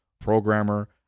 programmer